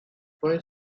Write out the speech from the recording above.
boy